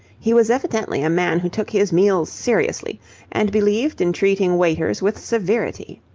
he was evidently a man who took his meals seriously and believed in treating waiters with severity.